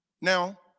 Now